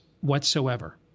whatsoever